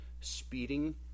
speeding